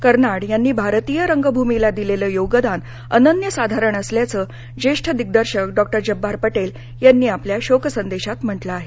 कर्नाड यांनी भारतीय रंगभूमीला दिलेलं योगदान अनन्यसाधारण असल्याचं ज्येष्ठ दिग्दर्शक डॉ जब्बार पटेल यांनी आपल्या शोक संदेशात म्हटलं आहे